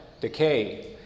decay